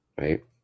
Right